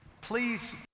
Please